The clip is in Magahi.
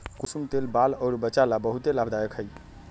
कुसुम तेल बाल अउर वचा ला बहुते लाभदायक हई